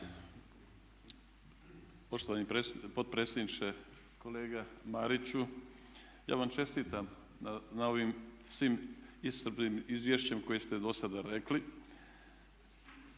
Poštovani potpredsjedniče, kolega Mariću ja vam čestitam na ovim svim iscrpnim izvješćem koje ste do sada rekli.